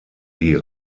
die